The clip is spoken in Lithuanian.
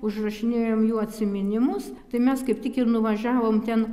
užrašinėjom jų atsiminimus tai mes kaip tik ir nuvažiavom ten